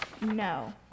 No